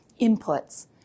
inputs